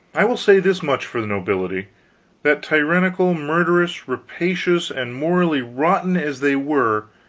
i will say this much for the nobility that, tyrannical, murderous, rapacious, and morally rotten as they were,